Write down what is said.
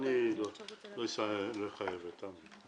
אני לא אחייב אותם.